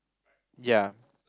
ya